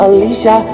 Alicia